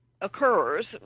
occurs